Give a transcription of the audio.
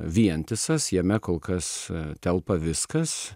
vientisas jame kol kas telpa viskas